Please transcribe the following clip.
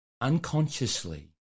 unconsciously